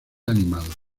animados